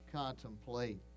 contemplate